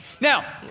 Now